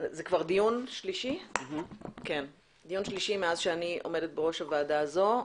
זה כבר דיון שלישי מאז שאני עומדת בראש הוועדה הזו.